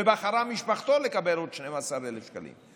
ומשפחתו בחרה לקבל עוד 12,000 שקלים.